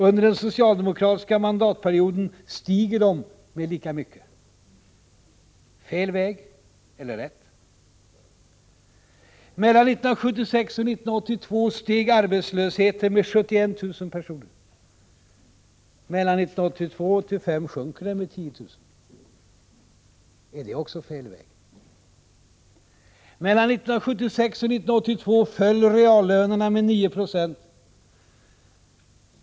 Under den socialdemokratiska mandatperioden stiger de med lika mycket. Fel väg eller rätt? — Mellan 1976 och 1982 steg arbetslösheten med 71 000 personer. Mellan 1982 och 1985 sjunker den med 10 000. Är det också fel väg? — Mellan 1976 och 1982 föll reallönerna med 9 96.